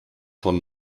von